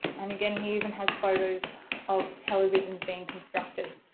and again he even has photos of televisions being constructed.